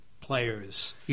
players